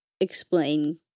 explain